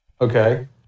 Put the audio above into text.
okay